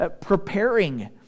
preparing